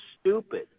stupid